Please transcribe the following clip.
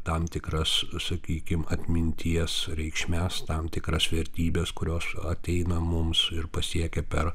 tam tikras sakykim atminties reikšmes tam tikras vertybes kurios ateina mums ir pasiekia per